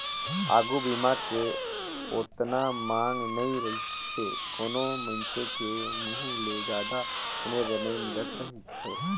आघू बीमा के ओतना मांग नइ रहीसे कोनो मइनसे के मुंहूँ ले जादा सुने बर नई मिलत रहीस हे